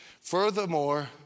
Furthermore